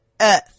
earth